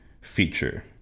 feature